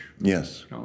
Yes